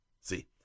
See